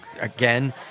again